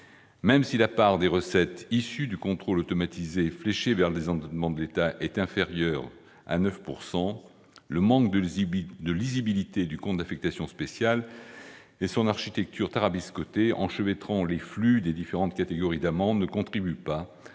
Même si la part des recettes issues du contrôle automatisé et fléchées vers le désendettement de l'État est inférieur à 9 %, le manque de lisibilité du compte d'affectation spéciale et son architecture tarabiscotée, enchevêtrant les flux des différentes catégories d'amendes, ne contribuent pas à rendre la